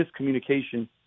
miscommunication